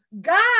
God